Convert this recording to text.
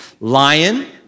Lion